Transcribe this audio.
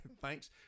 Thanks